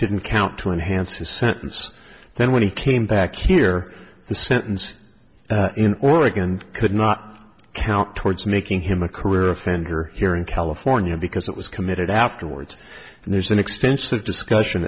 didn't count to enhance his sentence then when he came back here the sentence in oregon could not count towards making him a career offender here in california because it was committed afterwards and there's an extensive discussion